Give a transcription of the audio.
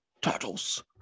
turtles